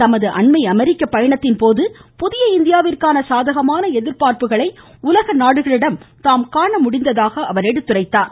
தமது அண்மை அமெரிக்க பயணத்தின்போது புதிய இந்தியாவிற்கான சாதகமான எதிர்பார்ப்புகளை உலக நாடுகளிடம் தாம் காண முடிந்ததாக அவர் எடுத்துரைத்தார்